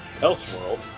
Elseworld